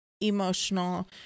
emotional